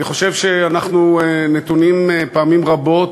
אני חושב שאנחנו נתונים פעמים רבות